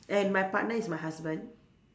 and my partner is my husband